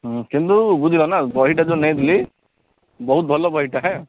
କିନ୍ତୁ ବୁଝିଲ ନାଁ ବହିଟା ଯେଉଁ ନେଇଥିଲି ବହୁତ ଭଲ ବହିଟା ହେଁ